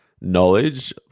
knowledge